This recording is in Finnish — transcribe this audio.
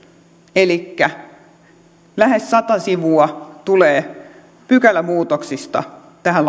elikkä lähes sata sivua tulee pykälämuutoksista tähän